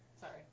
Sorry